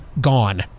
gone